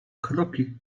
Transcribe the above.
kroki